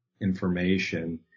information